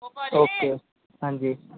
okay ਹਾਂਜੀ